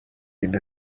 این